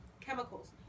chemicals